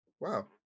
Wow